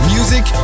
Music